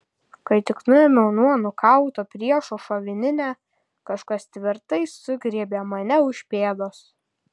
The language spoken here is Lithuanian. kai tik nuėmiau nuo nukauto priešo šovininę kažkas tvirtai sugriebė mane už pėdos